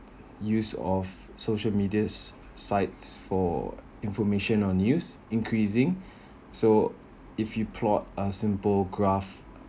use of social media's sites for information on news increasing so if you plot a simple graph